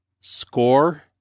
score